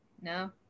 No